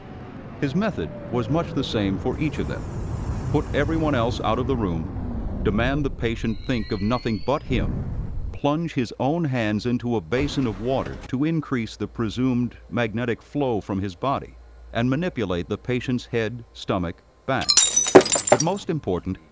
his method was much the same for each of them put everyone else out of the room demand the patient think of nothing but him plunge his own hands into a basin of water, to increase the presumed magnetic flow from his body and manipulate the patient's head, stomach, back. but most important,